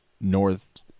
north